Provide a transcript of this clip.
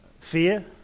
fear